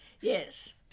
Yes